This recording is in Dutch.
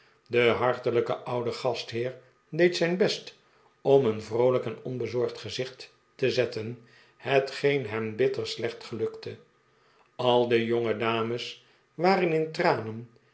de hartelijke oude gastheer deed zijn best om een vroolijk en onbezorgd gezicht te zetten hetgeen hem bitter slecht gelukte al de jonge dames waren in tranen